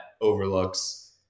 overlooks